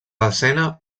desena